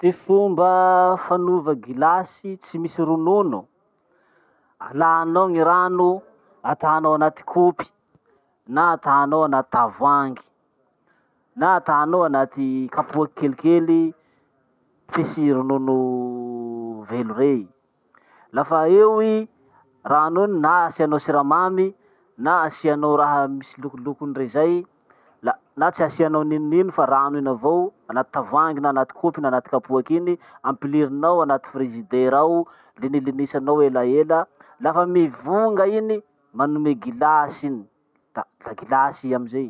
Ty fomba fanova gilasy tsy misy ronono. Alanao ny rano atanao anaty kopy, na atanao anaty tavoangy, na atanao anaty kapoaky kelikely fisy ronono velo rey. Lafa eo i rano iny na asianao siramamy na asianao raha misy lokolokony rey zay. La- na tsy asianao ninonino fa rano iny avao anaty tavoangy na anaty kopy na anaty kapoaky iny, ampilirinao anaty frizidera ao. Linilinisanao elaela. Lafa mivonga iny manome gilasy iny. Da lagilasy i amizay.